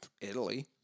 Italy